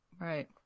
Right